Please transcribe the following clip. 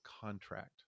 contract